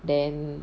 then